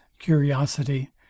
curiosity